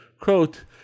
quote